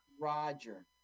Roger